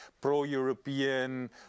pro-European